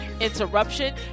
interruption